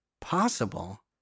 possible